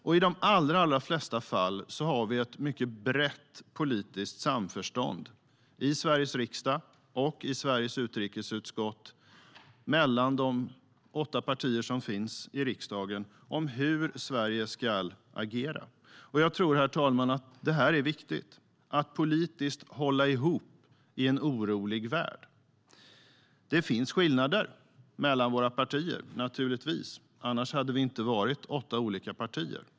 I de allra flesta fall har vi ett mycket brett politiskt samförstånd i Sveriges riksdag och i Sveriges utrikesutskott mellan de åtta partier som finns i riksdagen om hur Sverige ska agera. Jag tror, herr talman, att det är viktigt att politiskt hålla ihop i en orolig värld. Det finns naturligtvis skillnader mellan våra partier. Annars hade vi inte varit åtta olika partier.